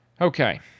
Okay